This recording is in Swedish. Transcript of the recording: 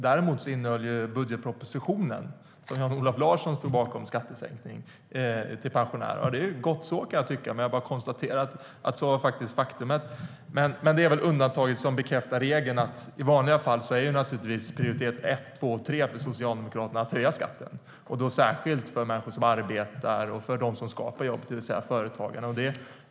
Däremot innehöll budgetpropositionen, som Jan-Olof Larsson står bakom, skattesänkningar till pensionärer. Det är gott så. Men jag bara konstaterar att detta är ett faktum. Men det är väl undantaget som bekräftar regeln. I vanliga fall är naturligtvis prioritet ett, två och tre för Socialdemokraterna att höja skatten, och då särskilt för människor som arbetar och för dem som skapar jobb, det vill säga företagare.